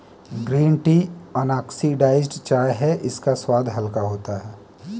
green tea unoxidised चाय है इसका स्वाद हल्का होता है